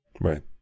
Right